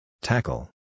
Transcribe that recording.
Tackle